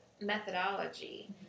methodology